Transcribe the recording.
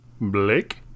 Blake